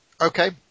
okay